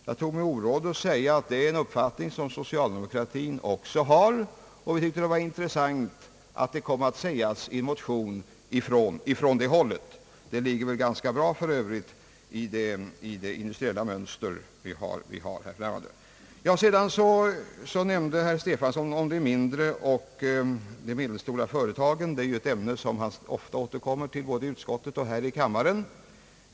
Jag tog mig orådet säga att det är en uppfattning som socialdemokratin också har, och det var intressant att just de synpunkterna skulle tas upp i en motion från borgerligt håll. Dessa synpunkter ligger för övrigt ganska väl i linje med hur vi ser på det framtida industriella utvecklingsmönstret i vårt land. Herr Stefanson nämnde om de mindre och medelstora företagen. Det är ett ämne som han ofta återkommer till både i utskottet och här i kammaren.